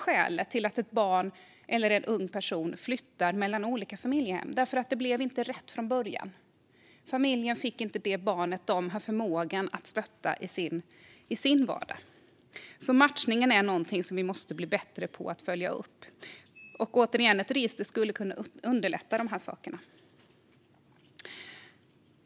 Skälet till att ett barn eller en ung person flyttar mellan olika familjehem kan nämligen ibland vara att det inte blev rätt från början. Familjen fick inte det barn som de har förmåga att stötta i sin vardag. Vi måste alltså bli bättre på att följa upp matchningen. Återigen: Ett register skulle kunna underlätta de här sakerna.